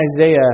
Isaiah